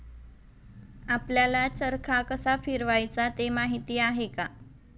आपल्याला चरखा कसा फिरवायचा ते माहित आहे का?